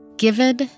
given